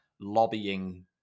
lobbying